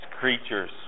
creatures